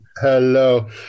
Hello